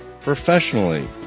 professionally